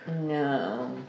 No